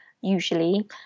usually